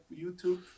YouTube